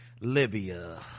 libya